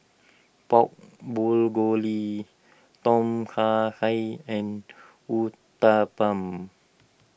Pork Bulgoli Tom Kha he and Uthapam